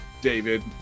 David